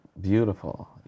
beautiful